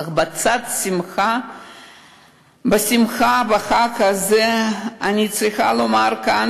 אך בצד השמחה בחג הזה אני צריכה לומר כאן